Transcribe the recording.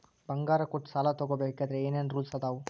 ಬಂಗಾರ ಕೊಟ್ಟ ಸಾಲ ತಗೋಬೇಕಾದ್ರೆ ಏನ್ ಏನ್ ರೂಲ್ಸ್ ಅದಾವು?